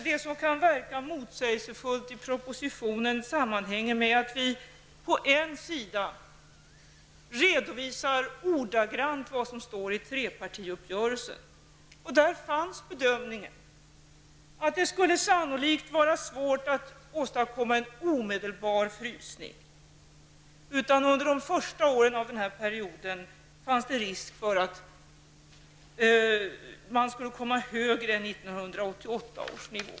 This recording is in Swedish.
Det som kan verka motsägelsefullt i propositionen sammanhänger med att vi på en sida ordagrant redovisar vad som står i trepartiuppgörelsen. Där fanns bedömningen att det sannolikt skulle vara svårt att åstadkomma en omedelbar frysning. Under de första åren av denna period ansågs det finnas risk för att man skulle hamna på en nivå som är högre än 1988 års nivå.